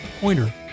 pointer